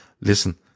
Listen